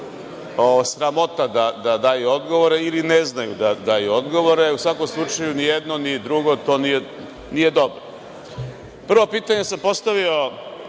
sramota da daju odgovore, ili ne znaju da daju odgovore. U svakom slučaju, ni jedno ni drugo nije dobro. Prvo pitanje sam postavio,